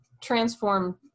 transform